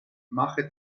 mache